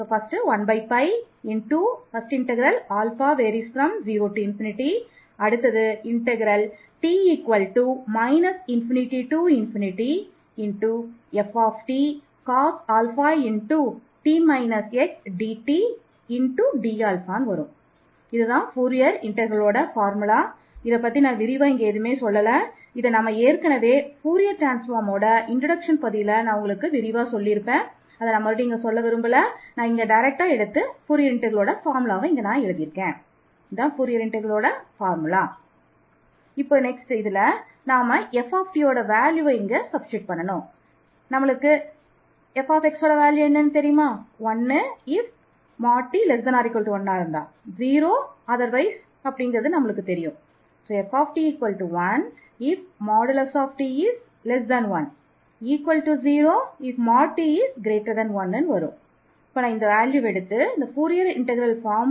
0sin cos λx dλ கொடுக்கப்பட்ட function யை நாம் கீழ்கண்டவாறு மாற்றி எழுதப் போகிறோம்